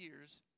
years